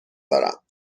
دارم